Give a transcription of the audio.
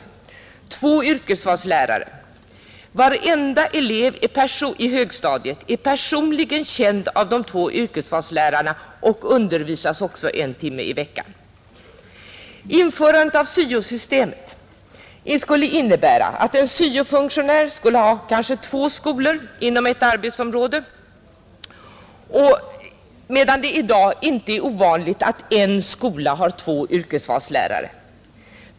Där finns två yrkesvalslärare, Varenda elev på högstadiet är personligen känd av dessa två yrkesvalslärare och undervisas också en timme i veckan. Införandet av syo-systemet skulle innebära att en syo-funktionär kan komma att få två skolor inom sitt arbetsområde, medan det i dag inte är ovanligt att en skola har två yrkesvalslärare.